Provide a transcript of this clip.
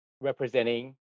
representing